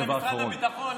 למשרד הביטחון,